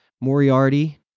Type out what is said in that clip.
Moriarty